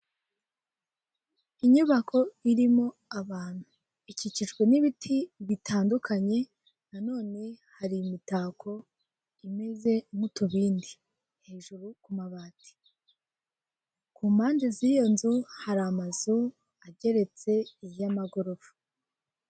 Inyubako irimo abantu, ikikijwe n'ibiti bitandukanye na none hari imitako imeze nk'utubindi hejuru ku mabati, ku mpande z'iyo nzu hari amazu ageretse y'amagorofa.